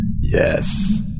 Yes